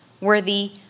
worthy